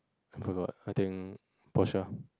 I forgot I think Porsche